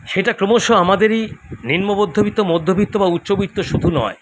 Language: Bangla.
সেটা ক্রমশ আমাদেরই নিম্ন মধ্যবিত্ত মধ্যবিত্ত বা উচ্চবিত্ত শুধু নয়